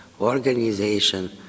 organization